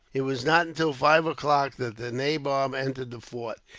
it was not until five o'clock that the nabob entered the fort.